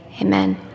amen